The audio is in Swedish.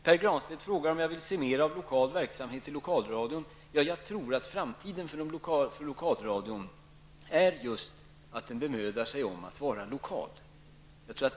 Pär Granstedt frågar om jag vill se mer av lokal verksamhet i lokalradion. Ja, jag tror att framtiden för lokalradion är just att den bemödar sig om att vara lokal.